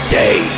day